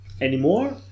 Anymore